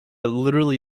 literally